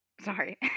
sorry